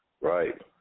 Right